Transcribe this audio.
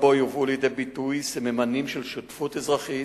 שבו יובאו לידי ביטוי סממנים של שותפות אזרחית,